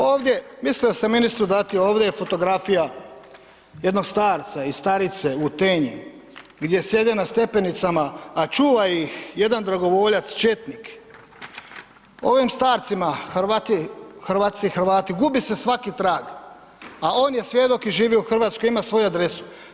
Ovdje, mislio sam ministru dati, ovdje je fotografija jednog starca i starice u Tenji gdje sjede na stepenicama, a čuva ih jedan dragovoljac četnik, ovim starcima, Hrvatice i Hrvati, gubi se svaki trag, a on je svjedok i živi u Hrvatskoj, ima svoju adresu.